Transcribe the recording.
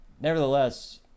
nevertheless